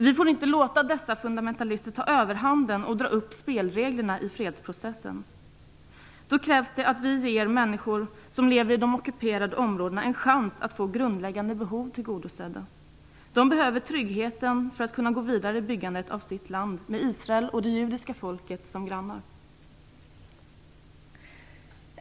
Vi får inte låta dessa fundamentalister ta överhanden och dra upp spelreglerna i fredsprocessen. Det krävs att vi ger människor som lever i de ockuperade områdena en chans att få grundläggande behov tillgodosedda. De behöver trygghet för att kunna gå vidare i byggandet av sitt land med Israel och det judiska folket som grannar.